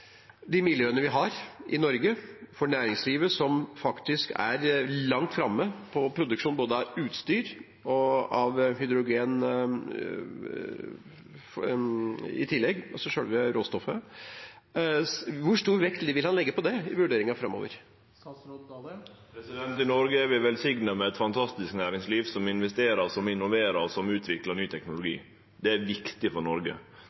vi har i Norge, for næringslivet, som er langt framme når det gjelder produksjon av både utstyr og av – i tillegg – hydrogen, altså selve råstoffet? Hvor stor vekt vil han legge på det i vurderingen framover? I Noreg er vi velsigna med eit fantastisk næringsliv, som investerer, som innoverer, og som utviklar ny teknologi. Det er viktig for Noreg.